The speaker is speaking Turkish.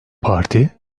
parti